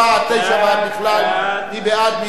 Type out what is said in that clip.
4 עד 9 ועד בכלל, מי בעד?